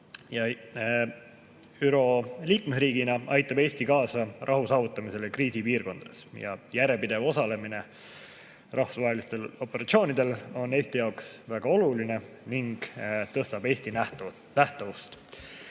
ÜRO liikmesriigina aitab Eesti kaasa rahu saavutamisele kriisipiirkondades. Järjepidev osalemine rahvusvahelistel operatsioonidel on Eesti jaoks väga oluline ning muudab Eesti